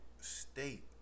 state